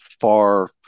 far